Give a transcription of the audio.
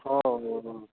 ହଁ ହଁ ହଁ